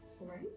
right